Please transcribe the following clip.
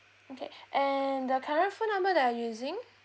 okay and the current phone number that are using